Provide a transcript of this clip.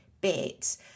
bit